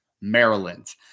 Maryland